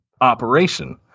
operation